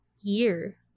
year